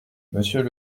monsieur